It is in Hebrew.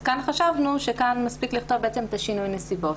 אז כאן חשבנו שמספיק לכתוב את שינוי הנסיבות.